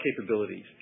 capabilities